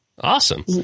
Awesome